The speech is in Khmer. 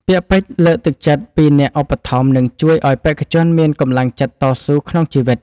ពាក្យពេចន៍លើកទឹកចិត្តពីអ្នកឧបត្ថម្ភនឹងជួយឱ្យបេក្ខជនមានកម្លាំងចិត្តតស៊ូក្នុងជីវិត។